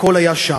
הכול היה שם.